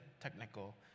technical